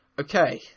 Okay